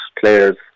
players